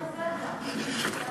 מה עם הרזרבה שהייתה בתקציב?